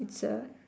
it's a